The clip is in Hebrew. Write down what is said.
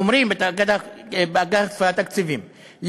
אומרים באגף התקציבים,